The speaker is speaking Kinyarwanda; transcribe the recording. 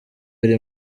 ari